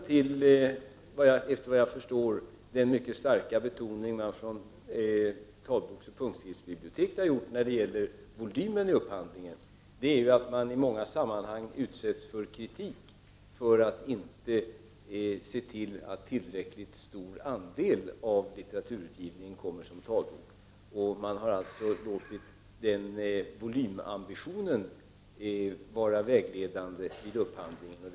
Såvitt vad jag förstår är bakgrunden till den mycket starka betoning på volymen i upphandlingen som talboksoch punktskriftsbiblioteket har gjort att det i många sammanhang utsätts för kritik för att det inte ser till att tillräckligt stor andel av litteraturutgivningen kommer som talbok. Man har alltså låtit ambitionen när det gäller volymen vara vägledande vid upphandlingen.